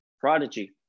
prodigy